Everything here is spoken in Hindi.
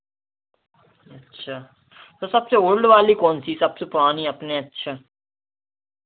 अच्छा तो सबसे ओल्ड वाली कौन सी सबसे पुरानी अपनी अच्छा